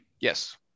Yes